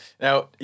Now